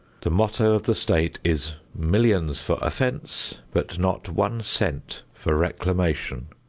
the motto of the state is millions for offense, but not one cent for reclamation.